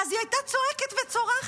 אז היא הייתה צועקת וצורחת,